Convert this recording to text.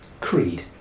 Creed